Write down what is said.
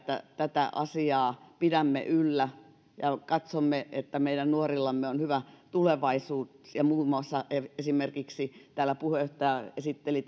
tätä asiaa pidämme yllä ja katsomme että meidän nuorillamme on hyvä tulevaisuus esimerkiksi puheenjohtaja esitteli